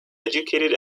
educated